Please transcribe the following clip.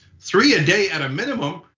three a day at a minimum,